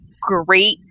great